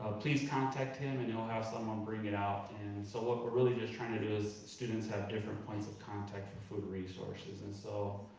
ah please contact him and he'll have someone bring it out. and and so what we're really just trying to do is students have different points of contact for food resources. and so